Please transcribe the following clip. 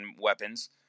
weapons